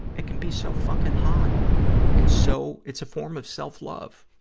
it can be so fucking hot and so, it's a form of self-love.